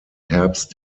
herbst